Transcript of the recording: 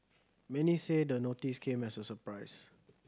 many say the notice came as a surprise